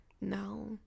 no